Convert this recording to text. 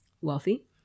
wealthy